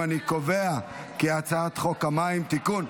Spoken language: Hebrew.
אני קובע כי הצעת חוק המים (תיקון,